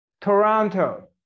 Toronto